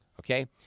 okay